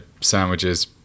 sandwiches